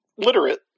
Literate